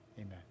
Amen